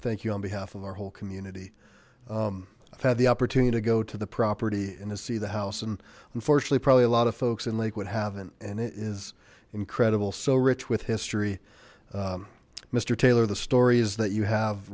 thank you on behalf of our whole community i've had the opportunity to go to the property and to see the house and unfortunately probably a lot of folks in lakewood haven't and it is incredible so rich with history mister taylor the stories that you have